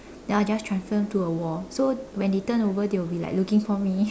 then I'll just transform into a wall so when they turn over they will be like looking for me